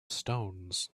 stones